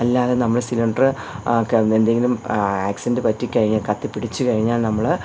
അല്ലാതെ നമ്മൾ സിലിണ്ടർ എന്തെങ്കിലും ആക്സിഡൻറ് പറ്റി കഴിഞ്ഞ് കത്തിപിടിച്ച് കഴിഞ്ഞാൽ നമ്മൾ